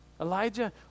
Elijah